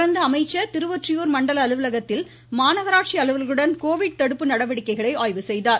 தொடர்ந்து அமைச்சர் திருவொற்றியூர் மண்டல அலுவலகத்தில் மாநகராட்சி அலுவலர்களுடன் கோவிட் தடுப்பு நடவடிக்கைகளை ஆய்வு செய்தார்